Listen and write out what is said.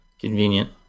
Convenient